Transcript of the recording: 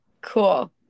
Cool